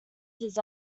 his